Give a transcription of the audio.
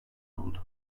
oldu